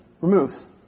removes